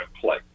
play